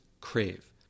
crave